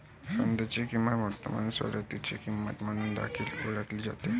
सध्याची किंमत वर्तमान सवलतीची किंमत म्हणून देखील ओळखली जाते